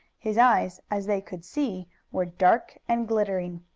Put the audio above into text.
his eyes, as they could see, were dark and glittering.